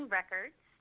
Records